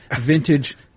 vintage